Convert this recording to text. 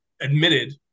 admitted